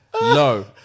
No